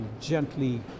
gently